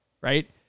right